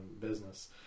business